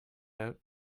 out